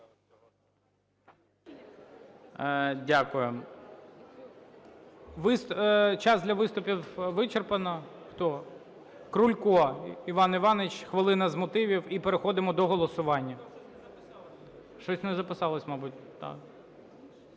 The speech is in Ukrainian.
Дякую. Час для виступів вичерпано. Хто? Крулько Іван Іванович, хвилина з мотивів і переходимо до голосування. Щось не записалось, мабуть.